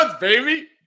baby